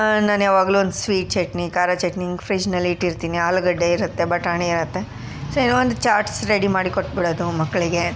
ನಾನು ಯಾವಾಗಲೂ ಒಂದು ಸ್ವೀಟ್ ಚಟ್ನಿ ಖಾರ ಚಟ್ನಿ ಹಿಂಗ್ ಫ್ರಿಡ್ಜ್ನಲ್ಲಿ ಇಟ್ಟಿರ್ತೀನಿ ಆಲೂಗಡ್ಡೆ ಇರುತ್ತೆ ಬಟಾಣಿ ಇರುತ್ತೆ ಸೊ ಏನೋ ಒಂದು ಚಾಟ್ಸ್ ರೆಡಿ ಮಾಡಿ ಕೊಟ್ಟುಬಿಡೋದು ಮಕ್ಕಳಿಗೆ